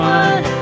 one